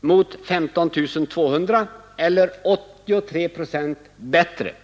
mot 15 200 eller 83 procent bättre.